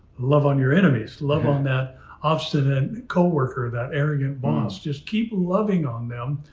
love on your enemies. love on that obstinate coworker, that arrogant boss, just keep loving on them,